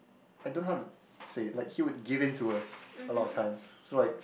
I don't know how to say like he would give in to us a lot of times so like